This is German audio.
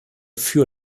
für